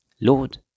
Lord